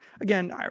Again